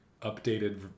updated